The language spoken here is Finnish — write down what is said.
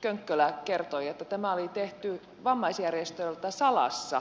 könkkölä kertoi että tämä oli tehty vammaisjärjestöiltä salassa